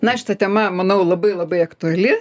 na šita tema manau labai labai aktuali